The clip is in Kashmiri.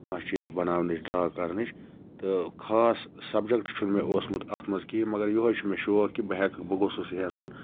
کانٛہہ چیٖز بَناونٕچ ڈرا کَرنٕچ تہٕ خاص سَبجَکٹ چھُنہٕ مےٚ اوسمُت اتھ مَنٛز کِہیٖنۍ مَگَر یِہوے چھُ مےٚ شوق کہِ بہٕ ہیٚکہِ بہٕ گَوٚژھُس یَژھُن